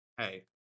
Hey